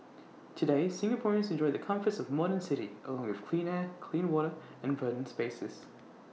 today Singaporeans enjoy the comforts of A modern city along with clean air clean water and verdant spaces